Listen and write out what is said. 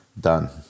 Done